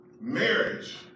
Marriage